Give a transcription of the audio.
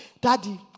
Daddy